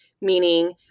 Meaning